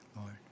Lord